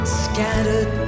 scattered